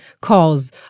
calls